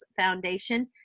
Foundation